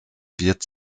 wird